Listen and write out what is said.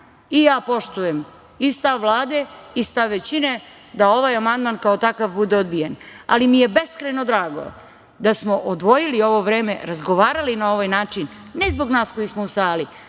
i ja poštujem i stav Vlade i stav većine da ovaj amandman kao takav bude odbijen, ali mi je beskrajno drago da smo odvojili ovo vreme, razgovarali na ovaj način ne zbog nas koji smo u sali,